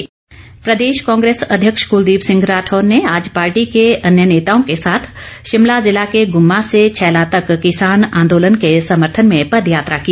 राठौर प्रदेश कांग्रेस अध्यक्ष कूलदीप सिंह राठौर ने आज पार्टी के अन्य नेताओं के साथ शिमला जिला के गुम्मा से छैला तक किसान आन्दोलन के समर्थन में पदयात्रा की